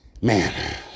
Man